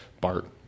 Bart